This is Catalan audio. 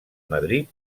madrid